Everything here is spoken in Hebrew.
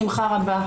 בשמחה רבה.